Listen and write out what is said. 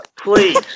please